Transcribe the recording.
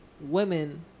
Women